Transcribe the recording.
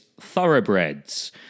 Thoroughbreds